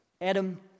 Adam